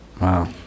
Wow